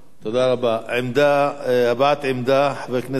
הבעת עמדה, חבר הכנסת עפו אגבאריה.